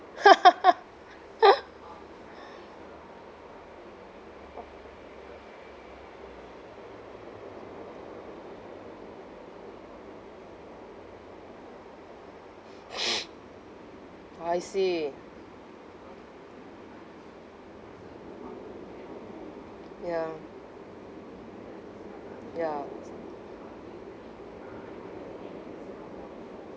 I see ya ya